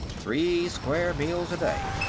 three square meals a day.